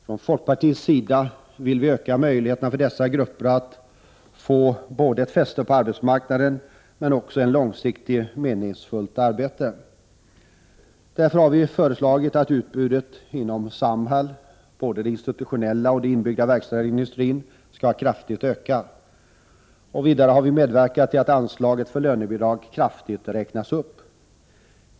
Från folkpartiets sida vill vi öka möjligheterna för dessa grupper att få ett fäste på arbetsmarknaden men också ett långsiktigt meningsfullt arbete. Därför har vi föreslagit att utbudet inom Samhall — både det institutionella och de inbyggda verkstäderna i industrin — skall kraftigt öka. Vidare har vi medverkat till att anslaget för lönebidrag kraftigt räknas upp.